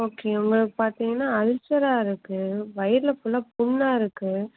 okay உங்களுக்கு பார்த்தீங்கன்னா அல்சராக இருக்கு வயிற்றுல ஃபுல்லாக புண்ணாக இருக்கு